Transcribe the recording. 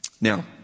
Now